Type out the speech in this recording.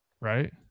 Right